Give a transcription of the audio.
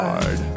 Hard